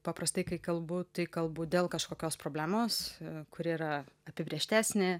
paprastai kai kalbu tai kalbu dėl kažkokios problemos kuri yra apibrėžtesnė